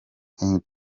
king